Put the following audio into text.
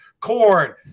corn